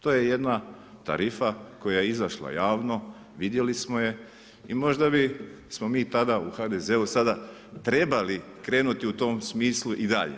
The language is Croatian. To je jedna tarifa, koja je izašla javno, vidjeli smo je i možda bi mi tada u HDZ-u sada trebali krenuti u tom smislu i dalje.